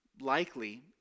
likely